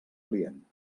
client